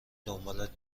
دنبالت